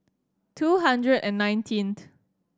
two hundred and nineteenth